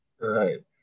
right